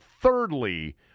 thirdly